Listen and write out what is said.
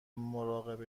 مراقب